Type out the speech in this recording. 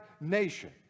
nation